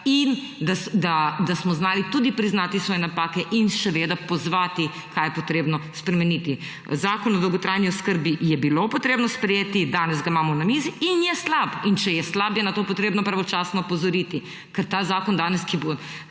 in da smo znali tudi priznati svoje napake in seveda pozvati, kaj je potrebno spremeniti. Zakon o dolgotrajni oskrbi je bilo potrebno sprejeti. Danes ga imamo na mizi – in je slab! In če je slab, je na to potrebno pravočasno opozoriti. Ker ta zakon, ki je